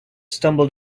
stumbled